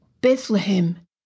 Bethlehem